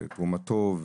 תרומתו,